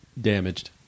damaged